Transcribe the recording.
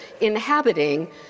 inhabiting